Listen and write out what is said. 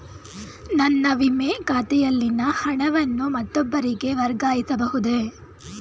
ನನ್ನ ವಿಮೆ ಖಾತೆಯಲ್ಲಿನ ಹಣವನ್ನು ಮತ್ತೊಬ್ಬರಿಗೆ ವರ್ಗಾಯಿಸ ಬಹುದೇ?